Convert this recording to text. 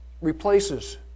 replaces